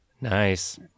Nice